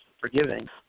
forgiving